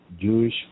Jewish